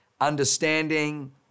understanding